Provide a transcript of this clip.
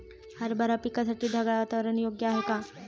हरभरा पिकासाठी ढगाळ वातावरण योग्य आहे का?